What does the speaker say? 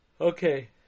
Okay